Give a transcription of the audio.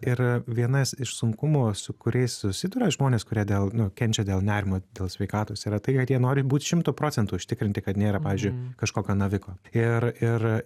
ir vienas iš sunkumų su kuriais susiduria žmonės kurie dėl nu kenčia dėl nerimo dėl sveikatos yra tai kad jie nori būt šimtu procentų užtikrinti kad nėra pavyzdžiui kažkokio naviko ir ir